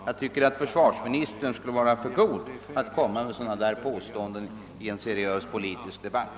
— Jag tycker att försvarsministern skulle hålla sig för god att göra sådana påståenden i en seriös politisk debatt.